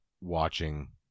watching